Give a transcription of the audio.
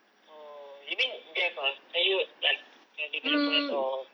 oh you mean dev~ ah are you like developers or